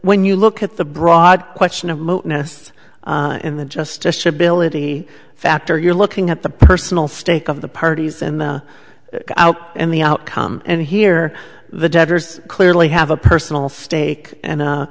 when you look at the broad question of motor ness in the justice ability factor you're looking at the personal stake of the parties and the and the outcome and here the debtors clearly have a personal stake and